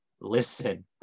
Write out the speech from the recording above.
listen